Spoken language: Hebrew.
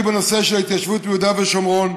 בנושא של ההתיישבות ביהודה ושומרון.